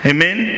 Amen